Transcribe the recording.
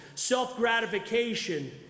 self-gratification